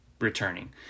returning